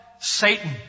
Satan